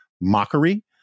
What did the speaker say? mockery